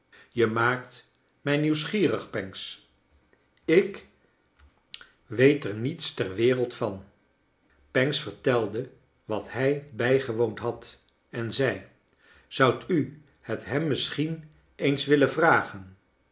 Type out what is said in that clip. je maakt mij nieuwsgierig pancks ik weet er niets ter wereld van pancks vertelde wat hij bijgewoond had en zei zoudt u het hem misschien eens willen vragen